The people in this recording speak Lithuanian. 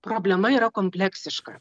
problema yra kompleksiška